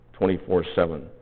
24-7